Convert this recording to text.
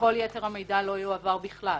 -- כל יתר המידע לא יועבר בכלל.